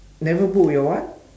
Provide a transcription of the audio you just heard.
never book your what